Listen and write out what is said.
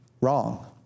wrong